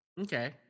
okay